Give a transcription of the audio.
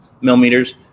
millimeters